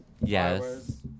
Yes